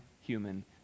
human